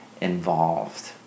involved